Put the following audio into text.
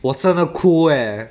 我真的哭 eh